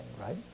right